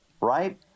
right